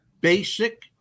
basic